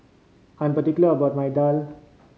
I'm particular about my daal